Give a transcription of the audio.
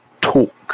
talk